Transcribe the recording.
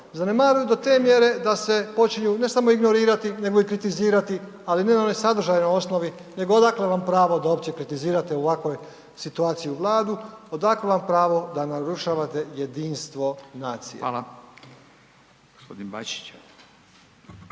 Zanemaruju do te mjere da se počinju ne samo ignorirati nego i kritizirati, ali ne na onoj sadržajnoj osnovi nego odakle vam pravo da uopće kritizirate u ovakvoj situaciji u Vladu, odakle vam pravo da narušavate jedinstveno nacije.